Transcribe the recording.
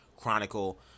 chronicle